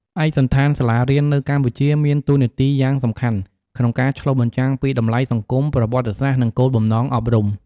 ឯកសណ្ឋានសាលារៀននៅកម្ពុជាមានតួនាទីយ៉ាងសំខាន់ក្នុងការឆ្លុះបញ្ចាំងពីតម្លៃសង្គម ប្រវត្តិសាស្ត្រ និងគោលបំណងអប់រំ។